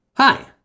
Hi